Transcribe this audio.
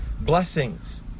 blessings